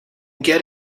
get